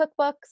cookbooks